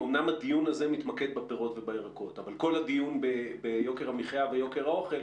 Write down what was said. הדיון הזה מתמקד בפירות ובירקות אבל כל הדיון ביוקר המחיה ויוקר האוכל,